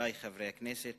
חברי חברי הכנסת,